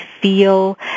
feel